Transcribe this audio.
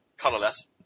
colorless